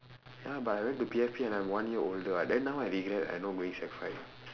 ya but I went to P_F_P and I'm one year older [what] then now I regret like not going sec five